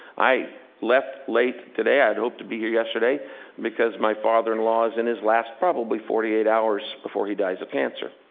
i left late today i'd hoped to be here yesterday because my father-in-law is in his last, probably, forty eight hours before he dies of cancer.